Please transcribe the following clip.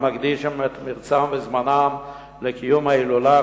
המקדישים את מרצם וזמנם לקיום ההילולה,